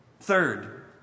Third